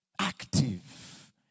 active